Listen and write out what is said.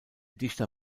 dichter